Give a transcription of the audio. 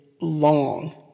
long